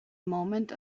moment